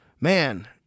man